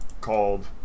called